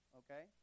okay